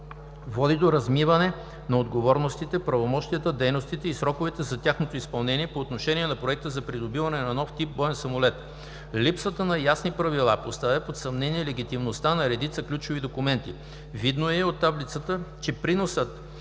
води до размиване на отговорностите, правомощията, дейностите и сроковете за тяхното изпълнение по отношение на проекта за придобиване на нов тип боен самолет. Липсата на ясни правила поставя под съмнение легитимността на редица ключови документи. Видно е и от таблицата, че приносът